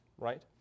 right